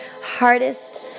hardest